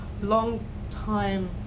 long-time